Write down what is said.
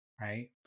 right